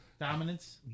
Dominance